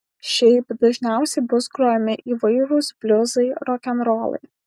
šiaip dažniausiai bus grojami įvairūs bliuzai rokenrolai